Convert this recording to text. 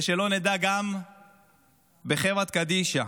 ושלא נדע, גם בחברה קדישא.